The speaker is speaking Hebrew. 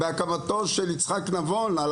בהקמתו של יצחק נבון ז"ל,